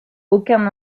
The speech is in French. aucun